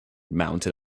mounted